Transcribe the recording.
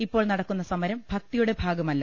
ഇപ്പോൾ നടക്കുന്ന സമരം ഭക്തിയുടെ ഭാഗമല്ല